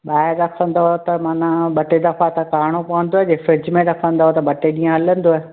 ॿाहिरि रखंदव त मन ॿ टे दफ़ा त कारिड़ो पवंदो जे फ्रिज में रखंदव त ॿ टे ॾींहं हलंदव